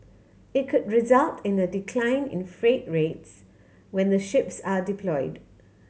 it could result in a decline in freight rates when the ships are deployed